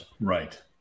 Right